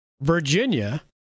Virginia